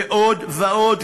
ועוד ועוד.